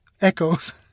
echoes